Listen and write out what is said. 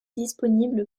disponible